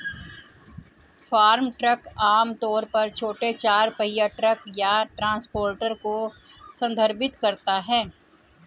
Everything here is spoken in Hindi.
फार्म ट्रक आम तौर पर छोटे चार पहिया ट्रक या ट्रांसपोर्टर को संदर्भित करता है